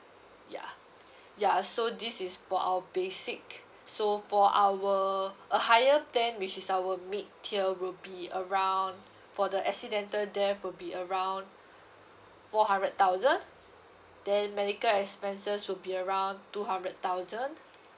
ya ya so this is for our basic so for our a higher plan which is our mid tier will be around for the accidental death will be around four hundred thousand then medical expenses will be around two hundred thousand